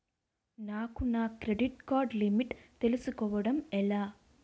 నాకు నా credit card limit తెలుసుకోవడం ఎలా?